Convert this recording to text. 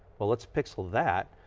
well let's pixel that,